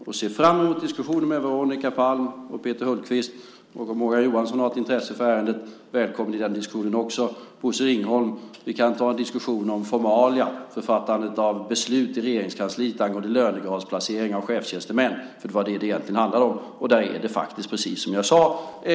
Jag ser fram emot diskussioner med Veronica Palm och Peter Hultqvist, och om Morgan Johansson har ett intresse för ärendet välkomnar jag den diskussionen också. Bosse Ringholm, vi kan ta en diskussion om formalia och författandet av beslut i Regeringskansliet angående lönegradsplaceringar av chefstjänstemän, för det var det som det egentligen handlade om, och där är det faktiskt precis som jag sade.